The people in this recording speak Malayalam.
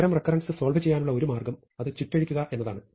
അത്തരം റെക്കരൻസ് സോൾവ് ചെയ്യാനുള്ള ഒരു മാർഗം അത് ചുറ്റഴിക്കുക എന്നതാണ്